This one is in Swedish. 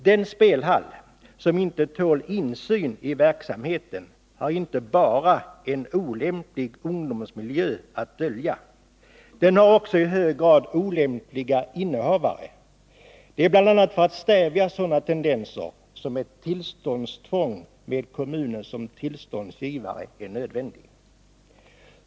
Den spelhall som inte tål insyn i verksamheten har inte bara en olämplig ungdomsmiljö att dölja — den har också i hög grad olämpliga innehavare. Det är bl.a. för att stävja sådana tendenser som ett tillståndstvång med kommunen som tillståndsgivare är nödvändigt.